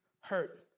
hurt